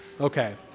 okay